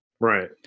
Right